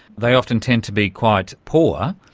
they often tend to be quite poor.